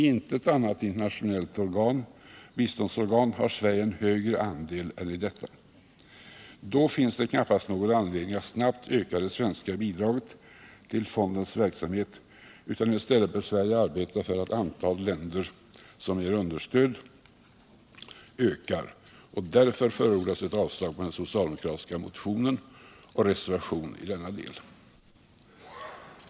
I intet internationellt biståndsorgan har Sverige en högre andel än i detta. Då finns det knappast någon anledning att snabbt öka det svenska bidraget till fondens verksamhet, utan i stället bör Sverige arbeta för att antalet länder som ger understöd ökar. Därför förordas ett avslag på den socialdemokratiska motionen och reservationen i denna del.